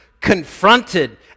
confronted